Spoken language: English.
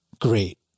Great